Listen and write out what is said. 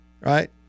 right